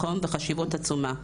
מקום וחשיבות עצומה.